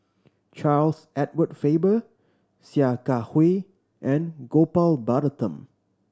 Charles Edward Faber Sia Kah Hui and Gopal Baratham